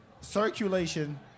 Circulation